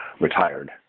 retired